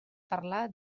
parlar